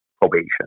probation